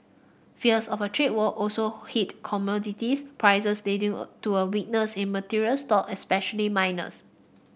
fears of a trade war also hit commodities prices leading to a weakness in materials stock especially miners